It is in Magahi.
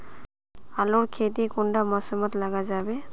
आलूर खेती कुंडा मौसम मोत लगा जाबे?